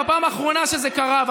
בפעם האחרונה שזה קרה,